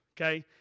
okay